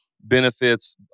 benefits